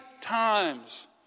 times